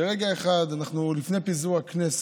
שרגע אחד לפני פיזור הכנסת,